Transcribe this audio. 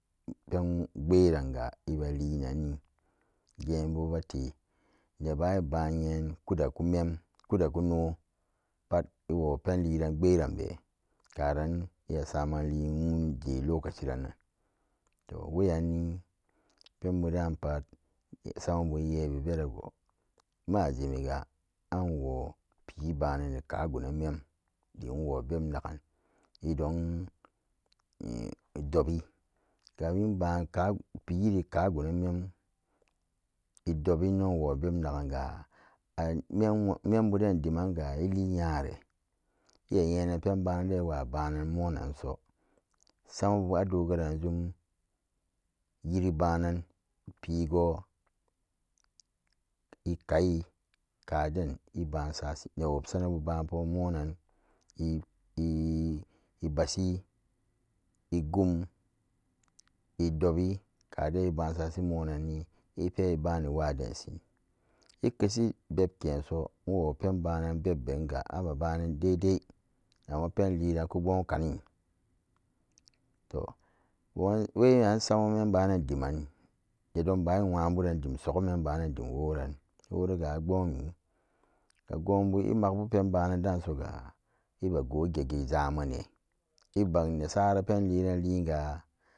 Gan gberan gan ibalinananni gebu bate neban ibanyen kuda kamin kada kunu pat iwopen leran be karan iya saman leyambe ge locaci rananan weyanni penbu dani samabu yawinyenan go majimiga wope banen kago demlalo bebnakgan idon in dobi imgwaka pe gunyan idobi innon inwo beb nagun amembu deen demanga diniyare ixa nyenanan pen bananan iwabananso sama bu ado garan de yire banan pego i kai kaden iban sa shiran newab sanabu iba ibasi igum idobi kaden ibasa shimonani ibanni waden shin ikeshi beb kenso iwopen banan bebe ga abe banan dai dai amma penliran kumgwam kanite to wenan sama membanan demanni nedonba inxwa bruan dem su woran woraga agwanmi ga gunbu ga inmakbu bana danan suga iba goge zammanne ibak nesoran pegareriga